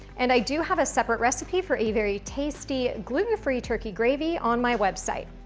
and i do have a separate recipe for a very tasty gluten-free turkey gravy on my website.